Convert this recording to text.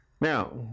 Now